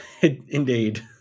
indeed